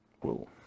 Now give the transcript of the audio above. Whoa